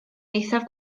eithaf